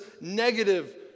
negative